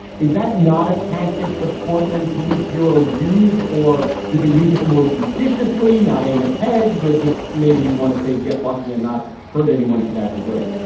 is that not a tactic the portland police bureau used or did they use it more judiciously, not aim at heads or just maybe you want to say get lucky and not hurt anyone to that degree?